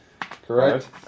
correct